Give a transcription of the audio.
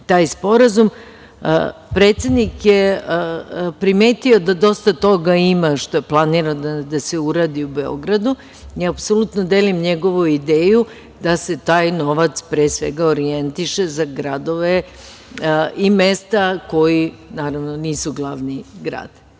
taj sporazum, predsednik je primetio da dosta toga ima što je planirano da se uradi u Beogradu. Apsolutno, delim njegovu ideju da se taj novac, pre svega, orjentiše za gradove i mesta, koja nisu glavni grad.